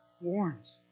warns